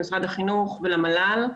למשרד החינוך ולמל"ל,